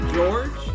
George